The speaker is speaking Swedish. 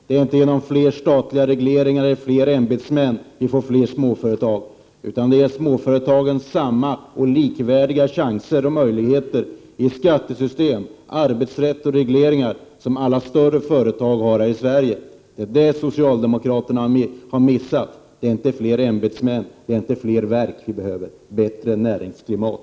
Det är inte genom fler statliga regleringar och fler ämbetsmän som vi får fler småföretag, utan det är genom att ge småföretagen likvärdiga chanser och möjligheter i skattesystemen, arbetsrätten och regleringar som alla större företag här i Sverige har. Det är detta som socialdemokraterna har missat. Det är inte fler ämbetsmän och ämbetsverk vi behöver, utan i stället ett bättre näringsklimat.